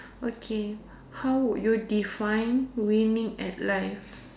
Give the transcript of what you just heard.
okay how would you define winning at life